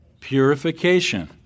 Purification